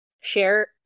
share